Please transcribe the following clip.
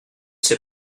sais